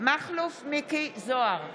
מכלוף מיקי זוהר,